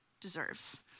deserves